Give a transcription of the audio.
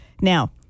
Now